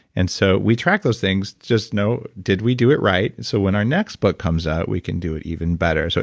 and so we track those things just to know did we do it right? so when our next book comes out, we can do it even better. so